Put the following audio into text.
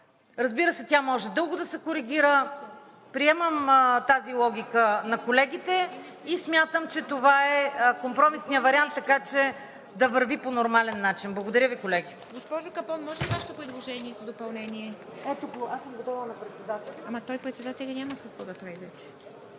Разбира се, тя може дълго да се коригира. Приемам тази логика на колегите и смятам, че това е компромисният вариант, така че да върви по нормален начин. Благодаря Ви, колеги.